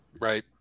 Right